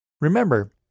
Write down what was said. Remember